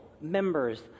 members